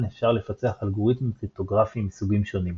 אפשר לפצח אלגוריתמים קריפטוגרפיים מסוגים שונים.